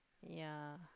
ya